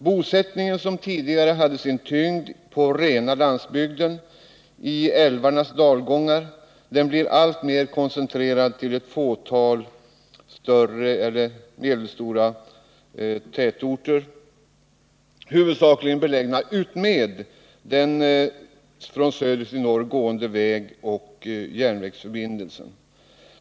Bosättningen, som tidigare hade sin tyngdpunkt på rena landsbygden, i älvarnas dalgångar, blir alltmer koncenterad till ett fåtal större eller medelstora tätorter, huvudsakligen belägna utmed vägoch järnvägsförbindelsen i nord-sydlig riktning.